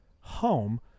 home